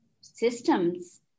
systems